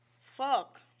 Fuck